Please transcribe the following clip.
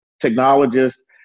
technologists